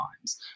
times